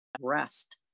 rest